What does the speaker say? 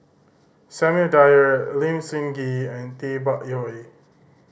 Samuel Dyer Lim Sun Gee and Tay Bak Koi